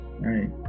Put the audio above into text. Right